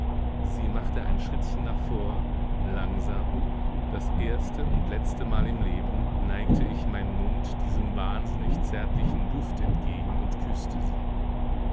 sie machte ein schrittchen nach vor langsam das erste und letztemal im leben neigte ich meinen mund diesem wahnsinnig zärtlichen duft entgegen und küßte sie